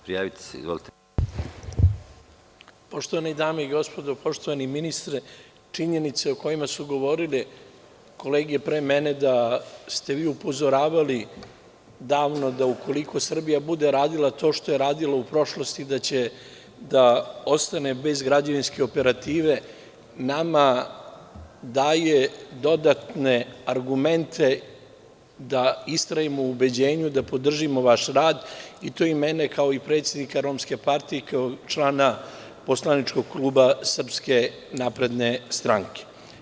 Poštovane dame i gospodo, poštovani ministre, činjenice o kojima su govorili kolege pre mene da ste vi upozoravali davno da ukoliko Srbija bude radila to što je radila u prošlosti da će da ostane bez građevinske operative nama daje dodatne argumente da istrajemo u ubeđenju da podržimo vaš rad, kao i mene kao predsednika Romske partije i kao člana poslaničkog kluba SNS.